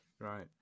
right